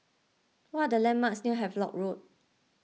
what are the landmarks near Havelock Road